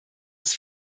des